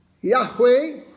Yahweh